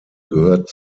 gehört